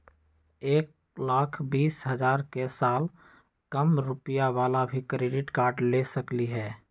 एक लाख बीस हजार के साल कम रुपयावाला भी क्रेडिट कार्ड ले सकली ह?